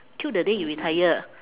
till the day you retire